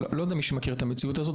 אני לא יודע אם מישהו נתקל במציאות הזאת,